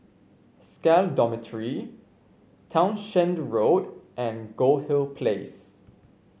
SCAL Dormitory Townshend Road and Goldhill Place